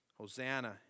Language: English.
Hosanna